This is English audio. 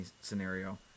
scenario